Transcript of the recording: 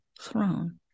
throne